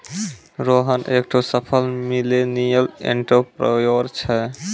रोहन एकठो सफल millennial entrepreneur छै